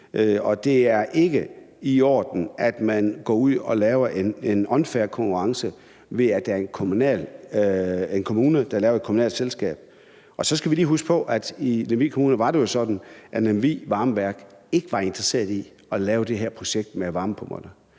det er ikke i orden, at man går ud og laver en unfair konkurrence, ved at der er en kommune, der laver et kommunalt selskab. Og så skal vi lige huske på, at i Lemvig Kommune var det jo sådan, at Lemvig Varmeværk ikke var interesseret i at lave det her projekt med varmepumperne.